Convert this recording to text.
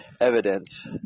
evidence